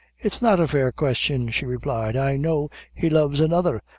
it's not a fair question, she replied i know he loves another,